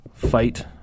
fight